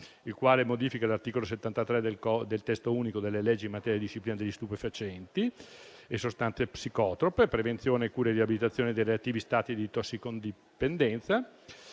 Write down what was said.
che modifica l'articolo 73 del testo unico delle leggi in materia di disciplina degli stupefacenti e sostanze psicotrope, prevenzione e cura di riabilitazione dai relativi stati di tossicodipendenza,